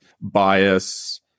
bias